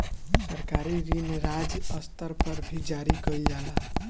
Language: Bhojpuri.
सरकारी ऋण राज्य स्तर पर भी जारी कईल जाला